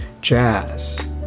jazz